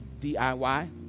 DIY